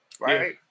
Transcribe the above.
Right